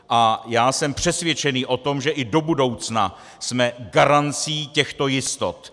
A já jsem přesvědčen o tom, že i do budoucna jsme garancí těchto jistot.